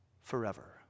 forever